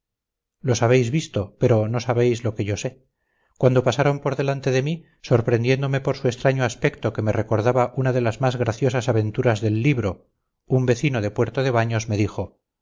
los habéis visto pero no sabéis lo que yo sé cuando pasaron por delante de mí sorprendiéndome por su extraño aspecto que me recordaba una de las más graciosas aventuras del libro un vecino de puerto de baños me dijo